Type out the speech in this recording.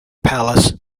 palace